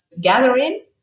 gathering